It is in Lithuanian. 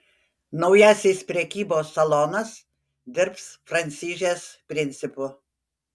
naujasis prekybos salonas dirbs franšizės principu